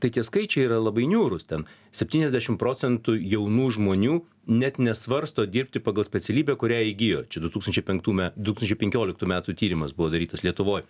tai tie skaičiai yra labai niūrūs ten septyniasdešim procentų jaunų žmonių net nesvarsto dirbti pagal specialybę kurią įgijo čia du tūkstančiai penktų me du tūkstančiai penkioliktų metų tyrimas buvo darytas lietuvoj